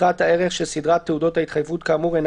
יתרת הערך של סדרת תעודות ההתחייבות כאמור אינה